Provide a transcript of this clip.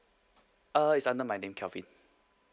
uh it's under my name kelvin